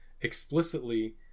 explicitly